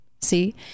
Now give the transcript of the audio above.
see